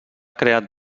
creat